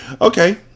Okay